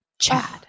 Chad